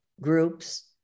groups